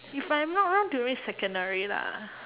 if I'm not wrong during secondary lah